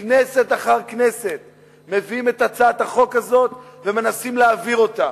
כנסת אחר כנסת הם מביאים את הצעת החוק הזאת ומנסים להעביר אותה,